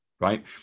Right